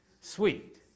Sweet